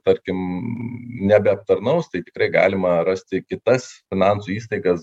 tarkim nebeaptarnaus tai tikrai galima rasti kitas finansų įstaigas